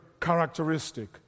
characteristic